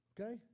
Okay